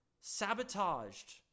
sabotaged